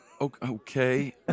okay